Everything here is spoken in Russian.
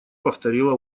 повторила